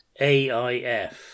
aif